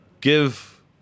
give